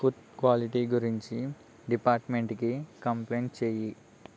food quality గురించి డిపార్ట్మెంట్కి complaint చెయ్యి